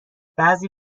بعضی